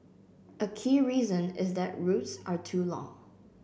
a key reason is that routes are too long